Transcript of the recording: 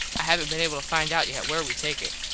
i havnt been able to find out yet where we take it.